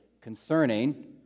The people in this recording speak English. concerning